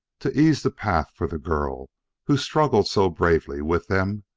to ease the path for the girl who struggled so bravely with them,